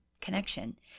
connection